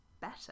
better